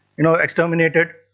you know exterminated.